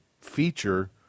feature